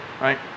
right